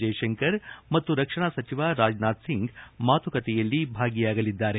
ಜೈಶಂಕರ್ ಮತ್ತು ರಕ್ಷಣಾ ಸಚಿವ ರಾಜನಾಥ್ ಸಿಂಗ್ ಮಾತುಕತೆಯಲ್ಲಿ ಭಾಗಿಯಾಗಲಿದ್ದಾರೆ